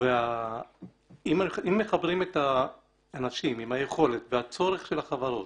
אם מחברים את האנשים עם היכולת והצורך של החברות